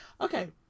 Okay